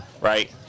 right